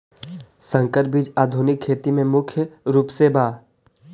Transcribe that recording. संकर बीज आधुनिक खेती में मुख्य रूप से बा